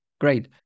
great